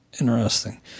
Interesting